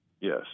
Yes